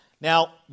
Now